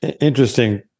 interesting